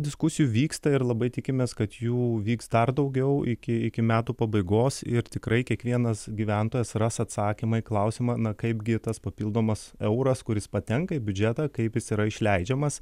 diskusijų vyksta ir labai tikimės kad jų vyks dar daugiau iki iki metų pabaigos ir tikrai kiekvienas gyventojas ras atsakymą į klausimą na kaipgi tas papildomas euras kuris patenka į biudžetą kaip jis yra išleidžiamas